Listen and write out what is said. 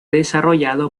desarrollado